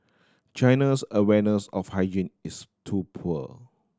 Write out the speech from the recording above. China's awareness of hygiene is too poor